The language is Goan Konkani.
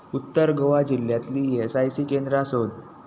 उत्तर गोवा जिल्ल्यांतलीं ईएसआयसी केंद्रां सोद